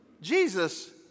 Jesus